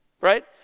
right